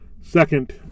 second